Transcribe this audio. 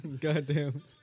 Goddamn